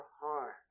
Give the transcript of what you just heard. heart